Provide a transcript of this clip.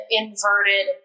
inverted